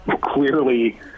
clearly